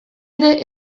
ere